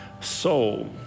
soul